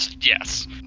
Yes